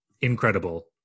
incredible